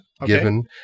given